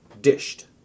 dished